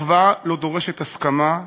אחווה לא דורשת הסכמה,